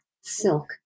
silk